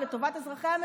את מטעה את הציבור.